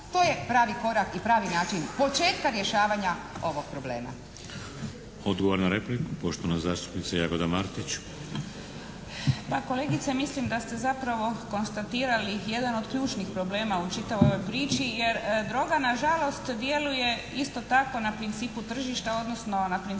To je pravi korak i pravi način početka rješavanja ovog problema. **Šeks, Vladimir (HDZ)** Odgovor na repliku, poštovana zastupnica Jagoda Martić. **Martić, Jagoda (SDP)** Pa kolegice, mislim da ste zapravo konstatirali jedan od ključnih problema u čitavoj ovoj priči, jer droga na žalost djeluje isto tako na principu tržišta odnosno na principu